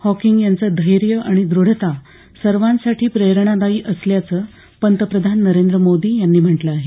Hawking यांचं धैर्य आणि द्रढता सर्वांसाठी प्रेरणादायी असल्याचं पंतप्रधान नरेंद्र मोदी यांनी म्हटलं आहे